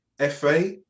FA